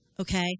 Okay